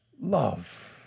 love